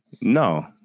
no